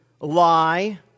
lie